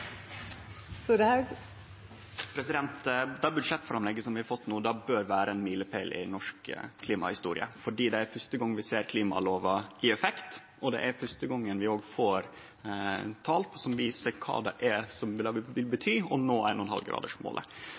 Det budsjettframlegget som vi har fått no, bør vere ein milepåle i norsk klimahistorie, fordi det er fyrste gongen vi ser effekten av klimalova, og det er òg fyrste gongen vi får tal som viser kva det ville bety å nå